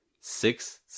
six